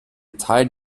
teil